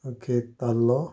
okay ताल्लो